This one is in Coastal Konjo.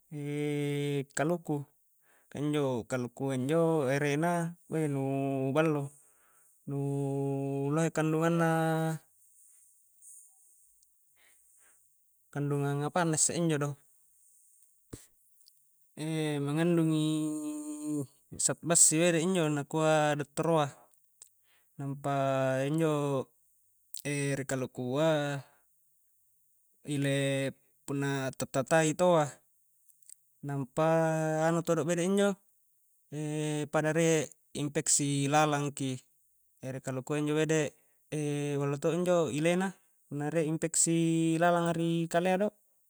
kaluku, ka injo kalukua injo ere na weih nu ballo nu lohe kandungang naa kandungang apanna isse injo do mengandung i zat bassi injo bede injo nakua dottoroa, nampa injo ere kalukua ile punna ta'tai-tai taua, nampa anu todo bede injo pada rie infeksi lalang ki ere kalukua injo bede ballo to injo ile na punna rie infeksi lalanga ri kalea do.